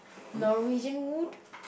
Norwegian Wood